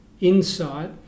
insight